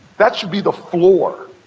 that should be the floor,